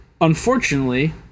Unfortunately